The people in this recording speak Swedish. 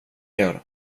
gör